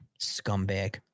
scumbag